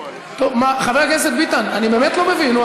טוב, מה, חבר הכנסת ביטן, אני באמת לא מבין, נו.